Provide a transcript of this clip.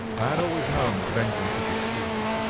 i had always known that vengeance would be sweet,